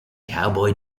cowboy